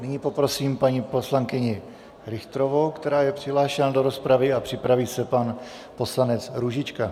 Nyní poprosím paní poslankyni Richterovou, která je přihlášená do rozpravy, a připraví se pan poslanec Růžička.